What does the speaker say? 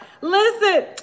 listen